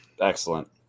Excellent